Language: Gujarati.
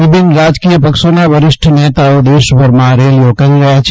વિભિન્ન રાજકીય પક્ષોના વરિષ્ઠ નેતા દેશભરમાં રેલીઓ કરી રહ્યા છે